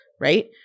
right